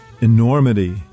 enormity